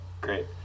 Great